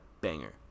banger